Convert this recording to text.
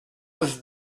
was